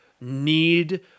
need